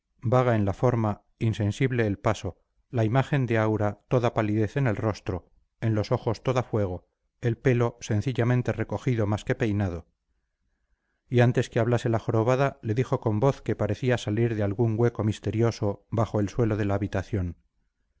vaga en la forma insensible el paso la imagen de aura toda palidez en el rostro en los ojos toda fuego el pelo sencillamente recogido más que peinado y antes que hablase la jorobada le dijo con voz que parecía salir de algún hueco misterioso bajo el suelo de la habitación